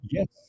Yes